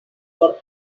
por